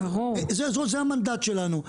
זה המנדט שלנו.